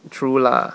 true lah